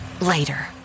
Later